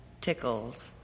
tickles